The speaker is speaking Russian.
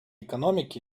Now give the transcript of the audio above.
экономики